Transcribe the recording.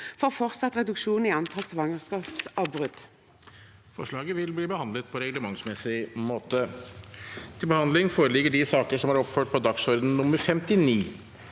for fortsatt reduksjon i antall svangerskapsavbrudd.